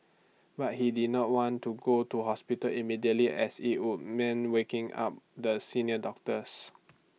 but he did not want to go to hospital immediately as IT would mean waking up the senior doctors